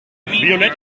violett